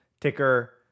Ticker